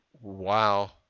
Wow